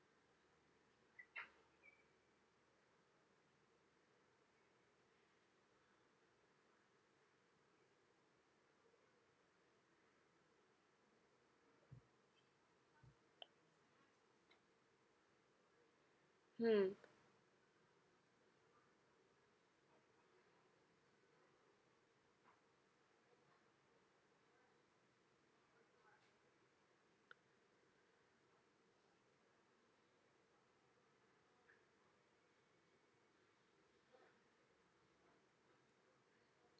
mm